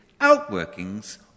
outworkings